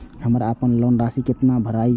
हमर अपन लोन के राशि कितना भराई के ये?